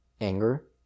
anger